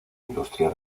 industria